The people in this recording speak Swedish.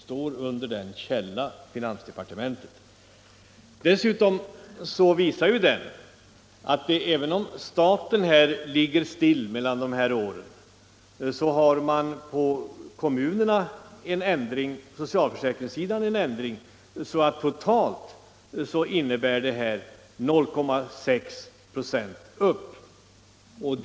Där står: ”Källa: Finansdepartementet.” Tabellen visar att statens inverkan visserligen blir oförändrad men att kommunerna och socialförsäkringssektorn visar en effekt som totalt innebär 0,6 96 av BNP.